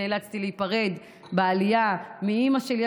שנאלצתי להיפרד בעלייה מאימא שלי,